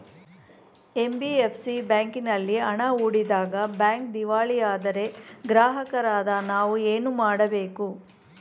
NBFC ಬ್ಯಾಂಕಿನಲ್ಲಿ ಹಣ ಹೂಡಿದಾಗ ಬ್ಯಾಂಕ್ ದಿವಾಳಿಯಾದರೆ ಗ್ರಾಹಕರಾದ ನಾವು ಏನು ಮಾಡಬೇಕು?